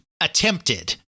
attempted